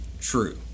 true